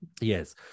Yes